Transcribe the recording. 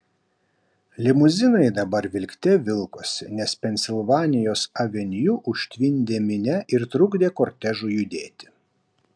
limuzinai dabar vilkte vilkosi nes pensilvanijos aveniu užtvindė minia ir trukdė kortežui judėti